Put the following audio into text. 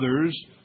others